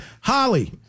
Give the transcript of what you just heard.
Holly